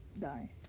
die